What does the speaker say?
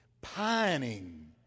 pining